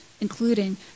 including